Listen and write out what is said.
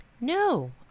No